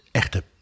echte